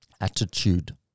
Attitude